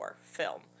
film